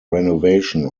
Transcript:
renovation